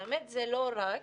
את האמת, זה לא רק.